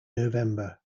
november